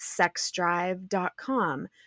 sexdrive.com